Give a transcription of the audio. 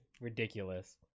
ridiculous